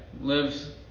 lives